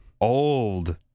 Old